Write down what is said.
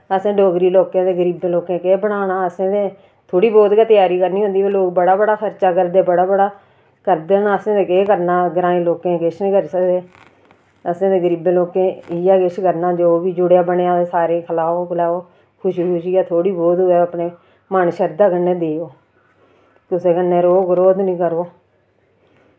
असें डोगरी लोकें ते गरीबें लोकें केह् बनाना असें ते थोह्ड़ी बहुत गै त्यारी करनी होंदी बाऽ लोक बड़ा गै खर्चा करदे बड़ा बड़ा करदे न असें ते केह् करना ग्रांईं लोकें किश निं करी सकदे असें ते गरीबें लोकें इयै किश करना जो बी बनेआ जुड़ेआ सारें ई खलाओ पिलाओ खुशी खुशियै थोह्ड़ी बहुत होऐ अपने मन शरधा कन्नै देओ कुसै कन्नै रोह् बरोध निं करो